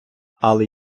але